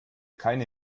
keine